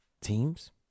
teams